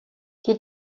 his